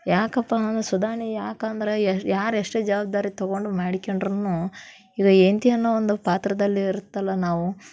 ಯಾಕಪ್ಪ ಅಂದ್ರೆ ಸುಧಾರಣೆ ಯಾಕಂದ್ರೆ ಯಾರು ಎಷ್ಟೇ ಜಾವಾಬ್ದಾರಿ ತೊಗೊಂಡು ಮಾಡಿಕೊಂಡ್ರು ಇದು ಹೆಂಡ್ತಿ ಅನ್ನೋ ಒಂದು ಪಾತ್ರದಲ್ಲಿ ಇರುತ್ತಲ್ಲ ನಾವು